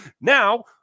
Now